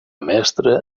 mestre